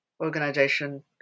organization